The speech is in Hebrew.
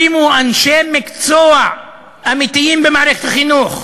שימו אנשי מקצוע אמיתיים במערכת החינוך.